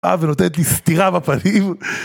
אה, ונותנת לי סטירה בפנים